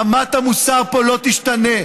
אמת המוסר פה לא תשתנה.